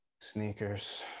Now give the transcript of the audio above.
Sneakers